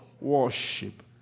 worship